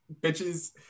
bitches